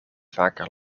vaker